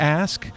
ask